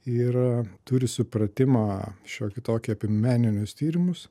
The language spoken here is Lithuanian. ir turi supratimą šiokį tokį apie meninius tyrimus